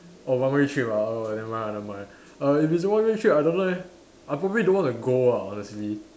oh one way trip ah oh never mind ah never mind err if it's a one way trip I don't know leh I probably don't want to go ah honestly